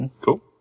Cool